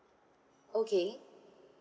okay